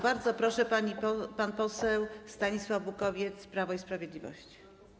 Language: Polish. Bardzo proszę, pan poseł Stanisław Bukowiec, Prawo i Sprawiedliwość.